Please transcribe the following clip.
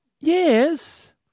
Yes